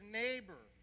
neighbor